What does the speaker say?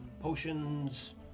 Potions